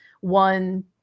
one